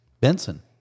Benson